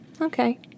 okay